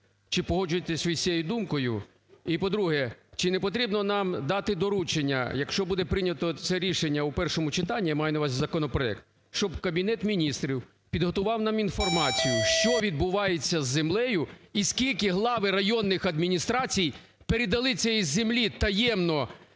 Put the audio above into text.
Чи погоджуєтесь ви з цією думкою? І, по-друге, чи не потрібно нам дати доручення, якщо буде прийнято це рішення у першому читанні, я маю на увазі, законопроект, щоб Кабінет Міністрів підготував нам інформацію, що відбувається з землею і скільки глави районних адміністрацій передали цієї землі таємно,